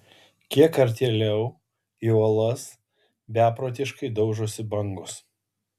kiek artėliau į uolas beprotiškai daužosi bangos